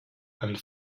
and